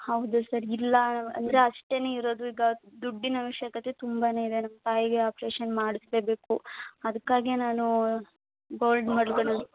ಹೌದಾ ಸರ್ ಇಲ್ಲ ಅಂದರೆ ಅಷ್ಟೇ ಇರೋದು ಈಗ ದುಡ್ಡಿನ ಅವಶ್ಯಕತೆ ತುಂಬ ಇದೆ ನಮ್ಮ ತಾಯಿಗೆ ಆಪ್ರೇಶನ್ ಮಾಡಿಸ್ಲೇಬೇಕು ಅದಕ್ಕಾಗೇ ನಾನು ಗೋಲ್ಡ್ ಮಡ್ಗೋಣ